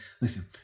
Listen